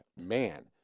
man